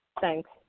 Thanks